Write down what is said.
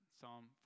Psalm